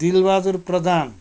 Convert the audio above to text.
Dilbahadur Pradhan